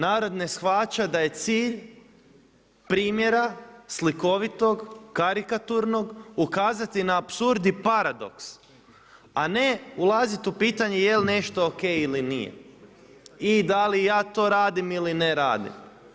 Narod ne shvaća da je cilj primjera slikovitog karikaturnog ukazati na apsurd i paradoks a ne ulaziti u pitanje je li nešto ok ili nije i da li ja to radim ili ne radim.